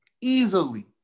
easily